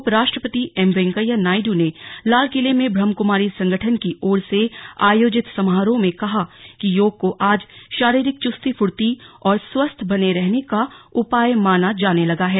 उपराष्ट्रपति एम वेंकैया नायडू ने लालकिले में ब्रहमकुमारी संगठन की ओर से आयोजित समारोह में कहा कि योग को आज शारीरिक चुस्ती फूर्ती और स्वस्थ बने रहने का उपाय माना जाने लगा है